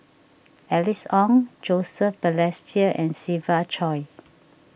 Alice Ong Joseph Balestier and Siva Choy